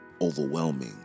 overwhelming